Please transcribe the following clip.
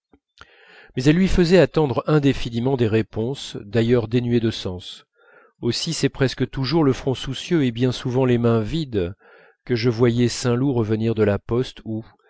mais elle lui faisait attendre indéfiniment des réponses d'ailleurs dénuées de sens aussi c'est presque toujours le front soucieux et bien souvent les mains vides que je voyais saint loup revenir de la poste où